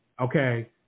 okay